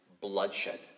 bloodshed